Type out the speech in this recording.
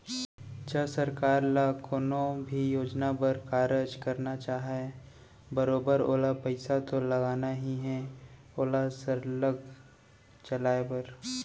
च सरकार ह कोनो भी योजना बर कारज करना चाहय बरोबर ओला पइसा तो लगना ही हे ओला सरलग चलाय बर